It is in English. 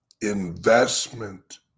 investment